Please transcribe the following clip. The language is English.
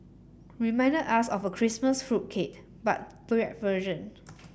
reminded us of a Christmas fruit cake but bread version